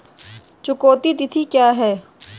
चुकौती तिथि क्या है?